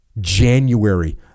January